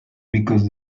because